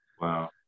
Wow